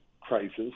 crisis